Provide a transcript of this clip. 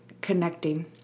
connecting